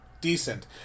decent